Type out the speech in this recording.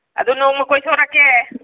ꯑꯗꯨ ꯅꯣꯡꯃ ꯀꯣꯏꯊꯣꯔꯛꯀꯦ